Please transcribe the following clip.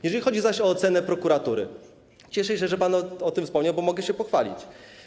Jeżeli chodzi zaś o ocenę prokuratury, cieszę się, że pan o tym wspomniał, bo mogę się pochwalić.